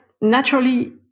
naturally